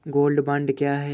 Gold bond क्या है?